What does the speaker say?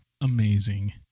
amazing